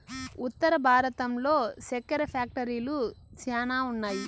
ఉత్తర భారతంలో సెక్కెర ఫ్యాక్టరీలు శ్యానా ఉన్నాయి